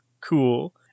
cool